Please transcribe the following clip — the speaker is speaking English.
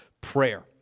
prayer